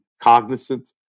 cognizant